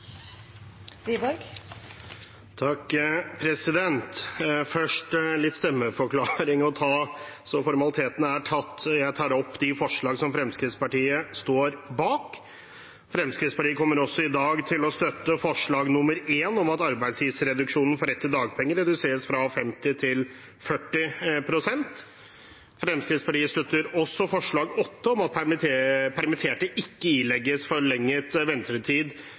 er omme. Først litt stemmeforklaring så formalitetene er tatt: Jeg tar opp de forslag som Fremskrittspartiet står bak. Fremskrittspartiet kommer i dag til å støtte forslag nr. 1, om at arbeidstidsreduksjonen for rett til dagpenger reduseres fra 50 til 40 pst. Fremskrittspartiet støtter også forslag nr. 8, om at permitterte ikke ilegges